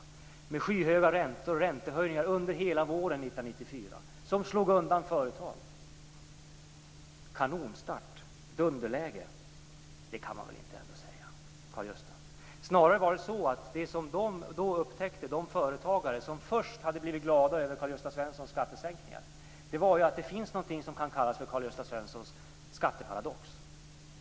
Det var skyhöga räntor och räntehöjningar under hela våren 1994 som slog undan företag. Kanonstart och dunderläge! Det kan man väl inte ändå säga, Karl-Gösta Svenson? Snarare var det så att de företagare som först hade blivit glada över Karl-Gösta Svensons skattesänkningar då upptäckte att det finns någonting som kan kallas för Karl-Gösta Svensons skatteparadox.